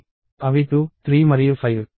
అవి 2 3 మరియు 5